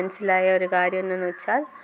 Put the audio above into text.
മനസ്സിലായൊരു കാര്യമെന്തെന്ന് വെച്ചാൽ